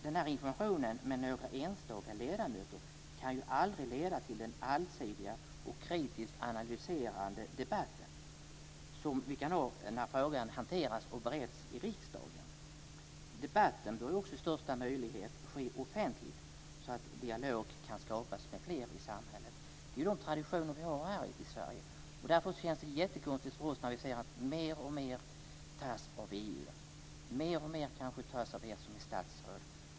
Den informationen med några enstaka ledamöter kan aldrig leda till en allsidig och kritiskt analyserande debatt som vi kan ha när frågan hanteras och bereds i riksdagen. Debatten bör också i största möjliga utsträckning ske offentligt, så att dialog kan skapas med fler i samhället. Det är den tradition som vi har i Sverige, och därför känns det jättekonstigt när vi ser att mer och mer tas av EU, mer och mer tas av er som är statsråd.